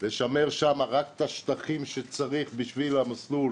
לשמר שם רק את השטחים שצריך בשביל המסלול